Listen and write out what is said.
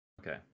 Okay